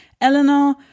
Eleanor